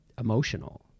emotional